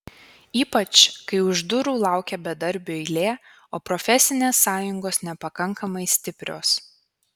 ypač kai už durų laukia bedarbių eilė o profesinės sąjungos nepakankamai stiprios